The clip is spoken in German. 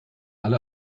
alle